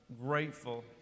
grateful